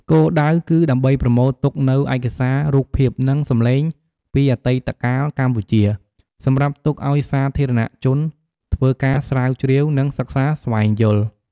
គោលដៅគឺដើម្បីប្រមូលទុកនូវឯកសាររូបភាព និងសំឡេងពីអតីតកាលកម្ពុជា សម្រាប់ទុកឱ្យសាធារណជនធ្វើការស្រាវជ្រាវ និងសិក្សាស្វែងយល់